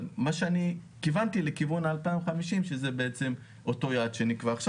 אבל כיוונתי ל-2050 שזה בעצם אותו יעד שנקבע עכשיו,